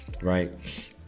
right